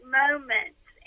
moments